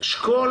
תשקול